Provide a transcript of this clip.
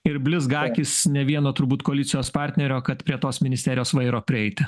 ir blizga akys ne vieno turbūt koalicijos partnerio kad prie tos ministerijos vairo prieiti